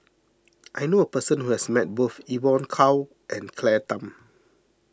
I knew a person who has met both Evon Kow and Claire Tham